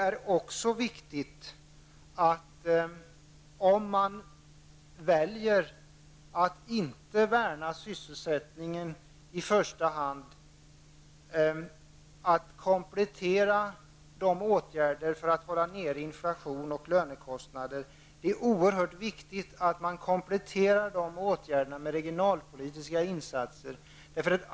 Om man inte väljer att värna sysselsättningen i första hand är det mycket viktigt att man kompletterar åtgärderna för att hålla nere inflationen och lönekostnaderna med regionalpolitiska insatser.